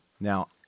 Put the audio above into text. now